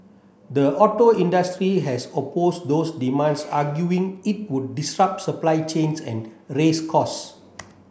the auto industry has opposed those demands arguing it would disrupt supply chains and raise costs